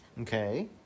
Okay